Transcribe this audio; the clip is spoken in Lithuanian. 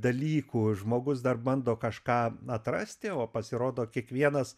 dalykų žmogus dar bando kažką atrasti o pasirodo kiekvienas